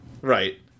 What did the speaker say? Right